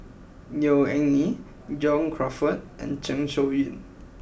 Neo Anngee John Crawfurd and Zeng Shouyin